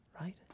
Right